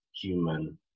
human